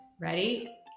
Ready